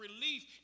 relief